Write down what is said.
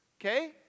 Okay